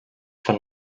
fan